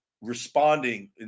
responding